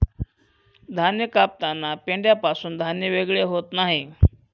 धान्य कापताना पेंढ्यापासून धान्य वेगळे होत नाही